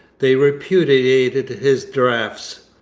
they repudiated his drafts,